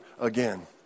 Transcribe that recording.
again